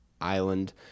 Island